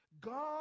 God